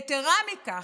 יתרה מכך,